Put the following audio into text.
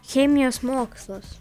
chemijos mokslas